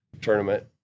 tournament